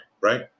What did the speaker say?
Right